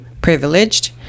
privileged